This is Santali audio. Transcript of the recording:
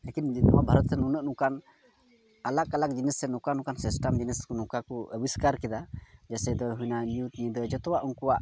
ᱞᱮᱠᱤᱱ ᱱᱤᱛᱦᱚᱸ ᱵᱷᱟᱨᱚᱛ ᱥᱚᱨᱠᱟᱨ ᱱᱩᱱᱩᱜ ᱚᱱᱠᱟᱱ ᱟᱞᱟᱜᱽ ᱟᱞᱟᱜᱽ ᱡᱤᱱᱤᱥ ᱥᱮ ᱱᱚᱝᱠᱟ ᱱᱚᱝᱠᱟᱱ ᱥᱤᱥᱴᱮᱢ ᱡᱤᱱᱤᱥ ᱦᱚᱸ ᱱᱚᱝᱠᱟ ᱠᱚ ᱟᱹᱵᱤᱥᱠᱟᱨ ᱠᱮᱫᱟ ᱡᱮᱥᱮ ᱫᱚ ᱦᱩᱭᱱᱟ ᱧᱩᱛ ᱧᱤᱫᱟᱹ ᱡᱚᱛᱚᱣᱟᱜ ᱩᱱᱠᱩᱣᱟᱜ